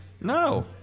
No